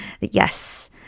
Yes